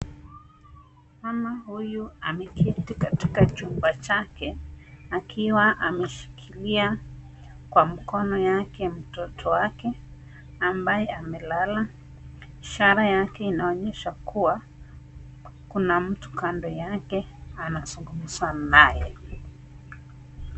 Mama huyu ameketi katika chumba chake akiwa ameshikilia kwa mkono yake mtoto wake ambaye amelala, Ishara yake inaonyesha kuwa kuna mtu kando yake anazungumza naye.